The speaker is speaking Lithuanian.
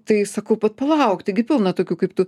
tai sakau bet palauk taigi pilna tokių kaip tu